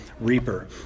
reaper